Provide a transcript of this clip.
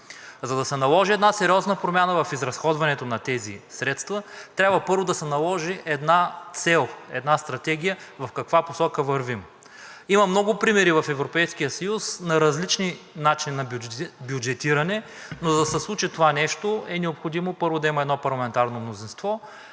За да се наложи една сериозна промяна в изразходването на тези средства, трябва първо да се наложи една цел, една стратегия – в каква посока вървим. Има много примери в Европейския съюз на различни начини на бюджетиране, но за да се случи това нещо, е необходимо, първо, да има едно парламентарно мнозинство